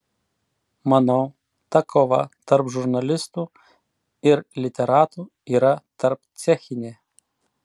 manau ta kova tarp žurnalistų ir literatų yra tarpcechinė